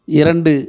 இரண்டு